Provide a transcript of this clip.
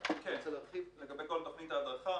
לגבי כל תכנית ההדרכה,